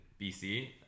bc